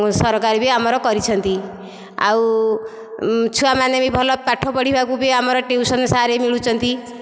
ସରକାର ବି ଆମର କରିଛନ୍ତି ଆଉ ଛୁଆମାନେ ବି ଭଲ ପାଠ ପଢ଼ିବାକୁ ବି ଆମର ଟିଉସନ ସାର ବି ମିଳୁଛନ୍ତି